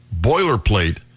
boilerplate